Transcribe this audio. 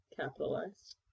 capitalized